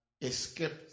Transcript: Escaped